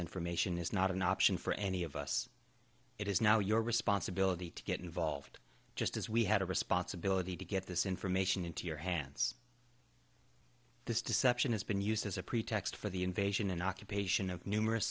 information is not an option for any of us it is now your responsibility to get involved just as we had a responsibility to get this information into your hands this deception has been used as a pretext for the invasion and occupation of numerous